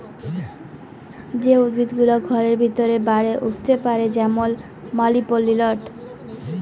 যে উদ্ভিদ গুলা ঘরের ভিতরে বাড়ে উঠ্তে পারে যেমল মালি পেলেলট